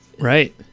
right